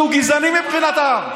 שהוא גזעני מבחינתם.